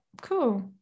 Cool